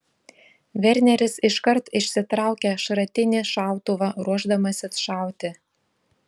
verneris iškart išsitraukia šratinį šautuvą ruošdamasis šauti